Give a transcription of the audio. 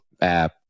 app